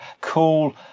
cool